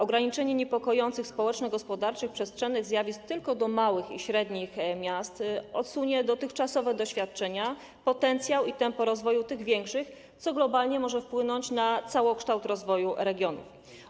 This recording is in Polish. Ograniczenie niepokojących społeczno-gospodarczych i przestrzennych zjawisk tylko do małych i średnich miast odsunie dotychczasowe doświadczenia, potencjał i tempo rozwoju tych większych, co globalnie może wpłynąć na całokształt rozwoju regionów.